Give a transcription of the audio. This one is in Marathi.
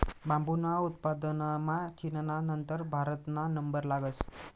बांबूना उत्पादनमा चीनना नंतर भारतना नंबर लागस